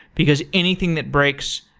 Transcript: because anything that breaks,